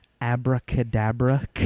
abracadabra